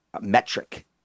metric